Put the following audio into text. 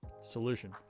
Solution